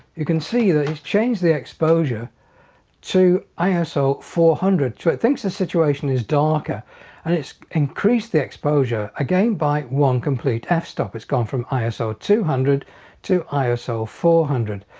you can see that he's change the exposure to iso four hundred so it thinks the situation is darker and it's increased the exposure again by one complete ah f-stop it's gone from iso two hundred to iso four hundred.